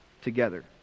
together